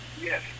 Yes